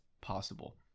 possible